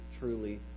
truly